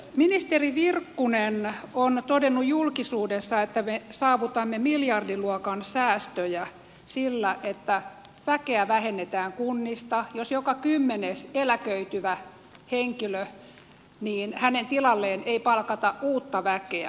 ministeri virkkunen on todennut julkisuudessa että me saavutamme miljardiluokan säästöjä sillä että väkeä vähennetään kunnista jos joka kymmenennen eläköityvän henkilön tilalle ei palkata uutta väkeä